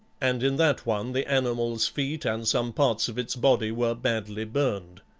and in that one the animal's feet and some parts of its body were badly burned.